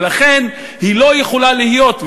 ולכן היא לא יכולה להיות,